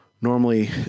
normally